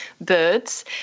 birds